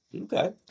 Okay